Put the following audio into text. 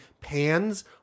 pans